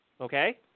Okay